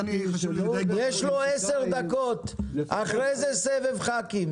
יש לו עשר דקות, אחרי זה סבב חברי כנסת.